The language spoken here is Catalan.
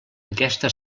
aquesta